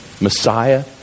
Messiah